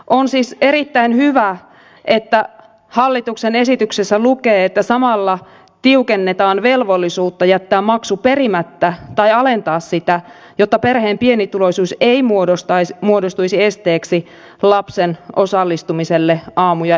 on siis erittäin hyvä että hallituksen esityksessä lukee että samalla tiukennetaan velvollisuutta jättää maksu perimättä tai alentaa sitä jotta perheen pienituloisuus ei muodostuisi esteeksi lapsen osallistumiselle aamu ja iltapäivätoimintaan